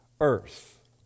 earth